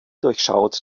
durchschaut